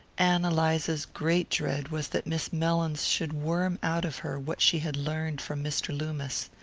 ann eliza's great dread was that miss mellins should worm out of her what she had learned from mr. loomis.